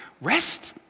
Rest